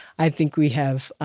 i think we have